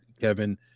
Kevin